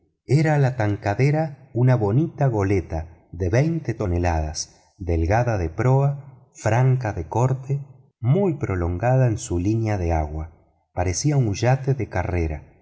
era la tankadera una bonita goleta de veinte toneladas delgada de proa franca de corte muy prolongada en su línea de agua parecía un yate de carrera